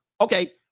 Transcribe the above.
Okay